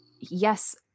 yes